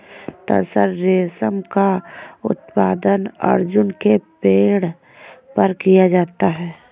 तसर रेशम का उत्पादन अर्जुन के पेड़ पर किया जाता है